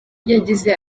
yagize